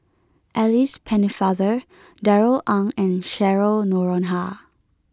Alice Pennefather Darrell Ang and Cheryl Noronha